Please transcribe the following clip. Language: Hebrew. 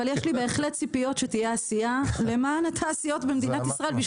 אבל יש לי בהחלט ציפיות שתהיה עשייה למען התעשיות במדינת ישראל.